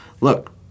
look